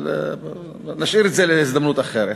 אבל נשאיר את זה להזדמנות אחרת.